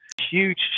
Huge